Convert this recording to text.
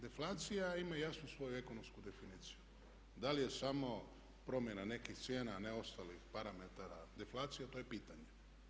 Deflacija ima jasnu svoju ekonomsku definiciju, da li je samo promjena nekih cijena, ne ostalih parametara to je deflacija to je pitanje.